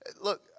Look